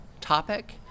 topic